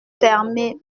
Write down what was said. fermé